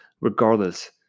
regardless